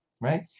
right